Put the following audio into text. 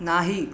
नाही